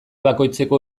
bakoitzeko